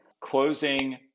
closing